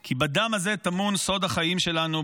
כי בדם הזה טמון סוד החיים שלנו,